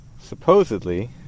supposedly